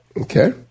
Okay